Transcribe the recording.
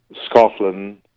Scotland